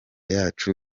yacu